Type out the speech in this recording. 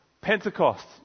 Pentecost